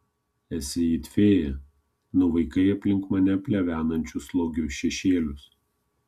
esi it fėja nuvaikai aplink mane plevenančius slogius šešėlius